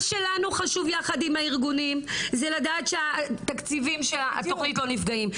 למה שלנו חשוב יחד עם הארגונים זה לדעת שהתקציבים של התוכנית לא נפגעים,